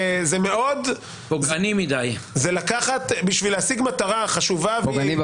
- זה לקחת בשביל להשיג מטרה חשובה ויעילה --- פוגעני מדי.